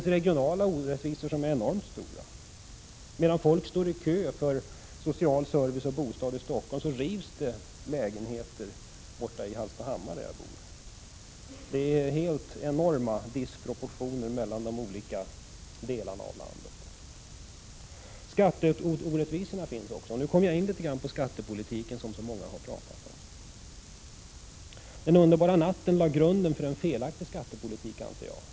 De regionala orättvisorna är enormt stora. Medan folk står i kö för social service och bostad i Stockholm, rivs lägenheter i Hallstahammar där jag bor. Det är enorma disproportioner mellan olika delar av landet. Det finns också skatteorättvisor, och nu kommer jag något in på skattepolitiken som så många har pratat om. Jag anser att den s.k. underbara natten lade grunden för en felaktig skattepolitik.